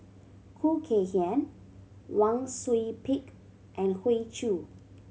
Khoo Kay Hian Wang Sui Pick and Hoey Choo